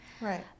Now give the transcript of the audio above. right